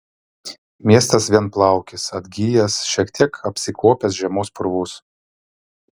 miestas vienplaukis atgijęs šiek tiek apsikuopęs žiemos purvus